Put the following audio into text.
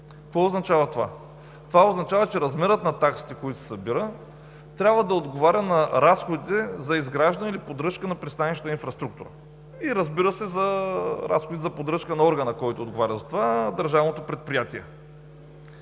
Това означава, че размерът на таксите, които се събират, трябва да отговаря на разходите за изграждане или поддръжка на пристанищната инфраструктура и, разбира се, на разходите за поддръжка на органа, който отговаря за това – държавното предприятие.